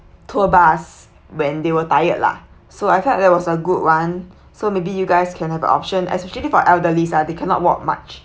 tour bus when they were tired lah so I felt that was a good one so maybe you guys can have a option especially for elderlies lah they cannot walk much